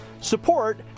support